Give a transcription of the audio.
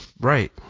Right